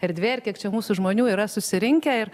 erdvė ir kiek čia mūsų žmonių yra susirinkę ir